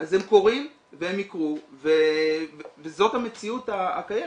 הם קורים והם יקרו וזאת המציאות הקיימת.